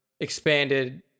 expanded